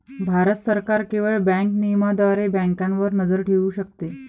भारत सरकार केवळ बँक नियमनाद्वारे बँकांवर नजर ठेवू शकते